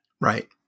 Right